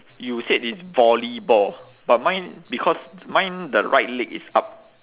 you said it's volleyball but mine because mine the right leg is up